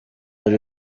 ari